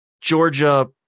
Georgia